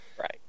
Right